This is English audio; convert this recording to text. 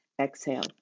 exhale